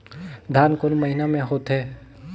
धान कोन महीना मे होथे?